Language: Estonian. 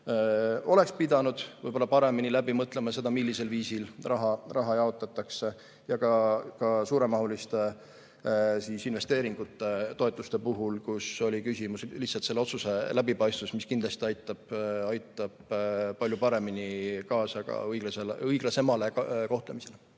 oleks pidanud võib-olla paremini läbi mõtlema, millisel viisil raha jaotatakse, ja ka suuremahuliste investeeringute toetuste puhul, kus oli küsimus lihtsalt selle otsuse läbipaistvuses, mis kindlasti aitab palju paremini kaasa õiglasemale kohtlemisele.